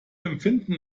empfinden